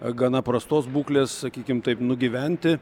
gana prastos būklės sakykim taip nugyventi